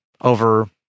over